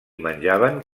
menjaven